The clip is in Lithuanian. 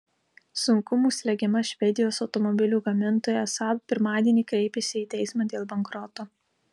sunkumų slegiama švedijos automobilių gamintoja saab pirmadienį kreipėsi į teismą dėl bankroto